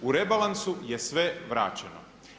U rebalansu je sve vraćeno.